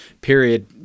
period